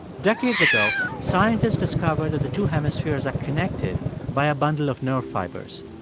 decades ago, scientists discovered that the two hemispheres are connected by a bundle of nerve fibers.